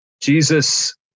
Jesus